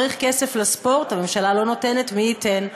צריך כסף לספורט, הממשלה לא נותנת, מי ייתן?